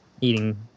eating